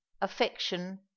affection